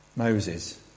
Moses